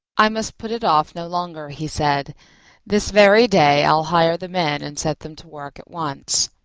i must put it off no longer, he said this very day i'll hire the men and set them to work at once.